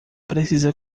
precisa